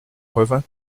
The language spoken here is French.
revint